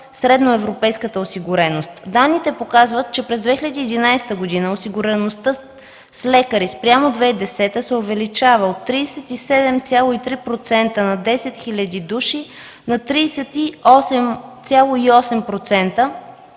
средноевропейската осигуреност. Данните показват, че през 2011 г. осигуреността с лекари спрямо 2010 г. се увеличава от 37,3% – на 10 хиляди души, на 38,8%